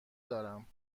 دارم